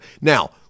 Now